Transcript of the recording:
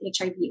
HIV